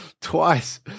twice